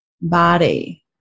body